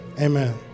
Amen